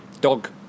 dog